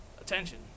Attention